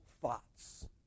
thoughts